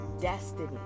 destiny